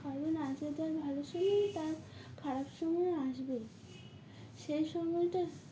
কারণ আছে তার ভালো সময় তার খারাপ সময় আসবেই সেই সময়টা